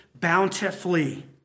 bountifully